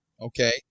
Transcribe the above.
Okay